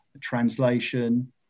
translation